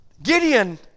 Gideon